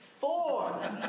Four